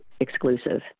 exclusive